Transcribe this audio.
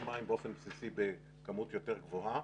מים באופן בסיסי בכמות יותר גבוהה.